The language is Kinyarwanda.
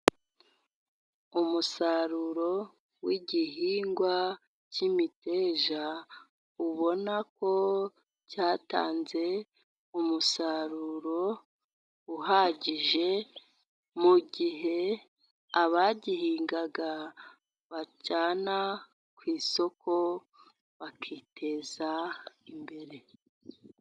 Umusaruro w'igihingwa cy'imiteja ubona ko cyatanze umusaruro uhagije, mu gihe abagihingaga bajyana ku isoko bakiteza imbere.